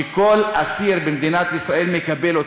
שכל אסיר במדינת ישראל מקבל.